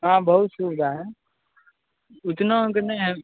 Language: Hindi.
हाँ बहुत सुविधा है इतना का नहीं है